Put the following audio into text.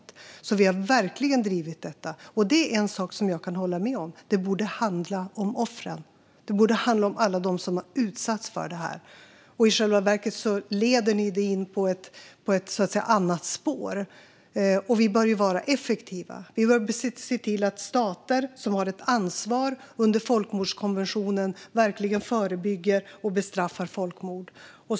Vi har alltså verkligen drivit detta. En sak kan jag dock hålla med om: Det borde handla om offren. Det borde handla om alla dem som har utsatts för det här. I själva verket leder ni in det hela på ett annat spår. Vi bör vara effektiva och se till att stater som har ett ansvar under folkmordskonventionen verkligen förebygger och bestraffar folkmord.